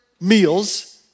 meals